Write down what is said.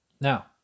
Now